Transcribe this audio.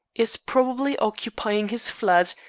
is probably occupying his flat,